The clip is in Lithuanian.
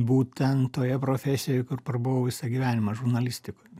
būtent toje profesijoj kur prabuvau visą gyvenimą žurnalistikoj